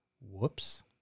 Whoops